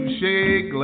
shake